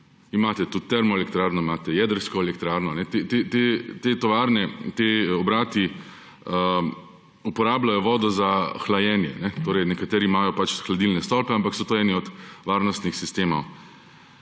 imate tudi termoelektrarno, imate jedrsko elektrarno. Te tovarne, ti obrati uporabljajo vodo za hlajenje. Torej, nekateri imajo pač hladilne stolpe, ampak so to eni od varnostnih sistemov.